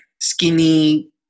skinny